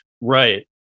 Right